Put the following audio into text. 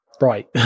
right